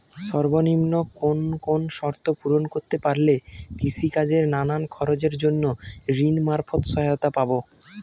সর্বনিম্ন কোন কোন শর্ত পূরণ করতে পারলে কৃষিকাজের নানান খরচের জন্য ঋণ মারফত সহায়তা পাব?